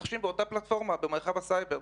שמתרחשים באותה הפלטפורמה במרחב הסייבר.